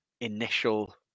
initial